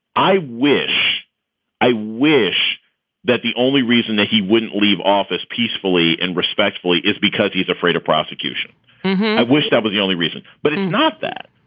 i wish i wish that the only reason that he wouldn't leave office peacefully and respectfully is because he's afraid of prosecution i wish that was the only reason, but it's and not that.